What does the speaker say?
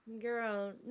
Girl